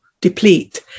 deplete